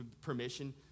permission